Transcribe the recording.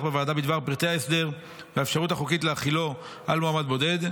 בוועדה בדבר פרטי ההסדר והאפשרות החוקית להחילו על מועמד בודד.